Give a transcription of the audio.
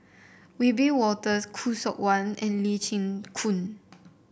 Wiebe Wolters Khoo Seok Wan and Lee Chin Koon